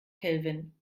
kelvin